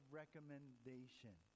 recommendation